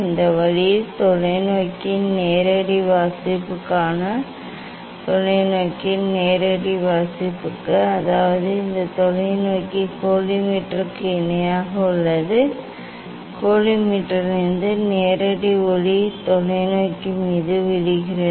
இந்த வழியில் தொலைநோக்கியின் நேரடி வாசிப்புக்காக தொலைநோக்கியின் நேரடி வாசிப்புக்கு அதாவது இந்த தொலைநோக்கி கோலிமேட்டருக்கு இணையாக உள்ளது கோலிமேட்டரிலிருந்து நேரடி ஒளி தொலைநோக்கி மீது விழுகிறது